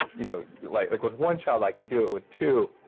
you know like like with one child i could do it. with two,